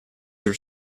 are